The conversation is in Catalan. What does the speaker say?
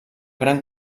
gran